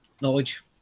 knowledge